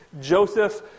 Joseph